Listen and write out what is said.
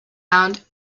renowned